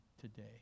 today